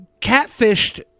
catfished